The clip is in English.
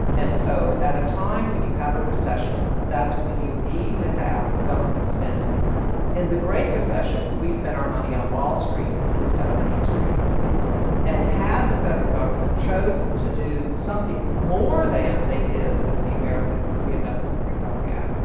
and so at a time when you have a recession, that's when you need to have government spending in the great recession, we spend our money on wall street instead of main street and had the federal government chosen to do something more than they did with the american reinvestment and recovery act,